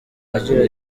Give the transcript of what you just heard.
agira